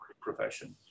profession